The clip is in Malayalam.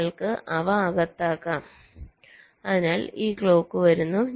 നിങ്ങൾക്ക് അവ അകത്താക്കാം അതിനാൽ ഈ ക്ലോക്ക് വരുന്നു